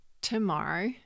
tomorrow